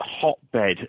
hotbed